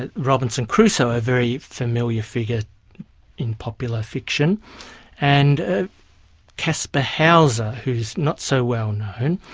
ah robinson crusoe, a very familiar figure in popular fiction and ah kaspar hauser, who's not so well known.